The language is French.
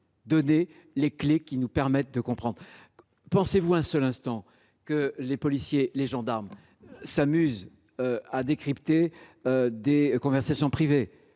donner les clés qui nous permettent de comprendre. Pensez vous un seul instant que les policiers et les gendarmes s’amusent à décrypter des conversations privées